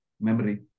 Memory